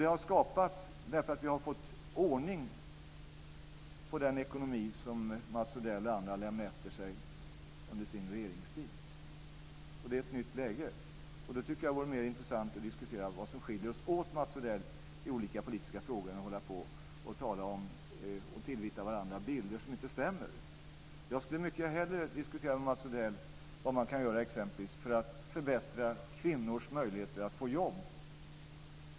Det har skapats därför att vi har fått ordning på den ekonomi som Mats Odell och andra lämnade efter sig efter sin regeringstid. Det är ett nytt läge. Det vore mer intressant att diskutera vad som skiljer oss åt i olika politiska frågor, än att tillvita varandra bilder som inte stämmer. Jag skulle mycket hellre diskutera med Mats Odell vad man kan göra för att exempelvis förbättra kvinnors möjlighet att få jobb.